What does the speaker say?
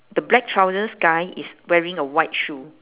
the black trousers guy is wearing a white shoe